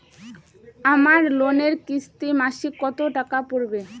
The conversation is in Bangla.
আমার লোনের কিস্তি মাসিক কত টাকা পড়বে?